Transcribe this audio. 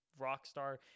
rockstar